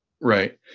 Right